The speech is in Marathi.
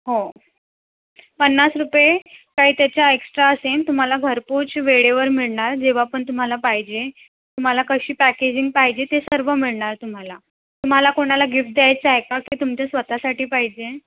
हो पन्नास रुपये काही त्याचा एक्स्ट्रा असेल तुम्हाला घरपोच वेळेवर मिळणार जेव्हा पण तुम्हाला पाहिजे तुम्हाला कशी पॅकेजिंग पाहिजे ते सर्व मिळणार तुम्हाला तुम्हाला कोणाला गिफ्ट द्यायचा आहे का की तुमच्या स्वत साठी पाहिजे